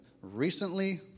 recently